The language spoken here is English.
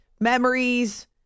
memories